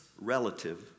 relative